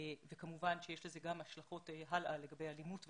וכמובן שיש לזה גם השלכות הלאה לגבי אלימות וכו',